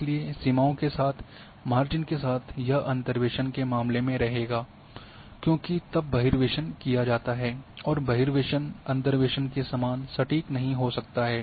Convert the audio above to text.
इसलिए सीमाओं के साथ मार्जिन के साथ यह अंतर्वेसन के मामले में रहेगा क्योंकि तब बहिर्वेशन किया जाता है और बहिर्वेशन अंतर्वेसन के समान सटीक नहीं हो सकता है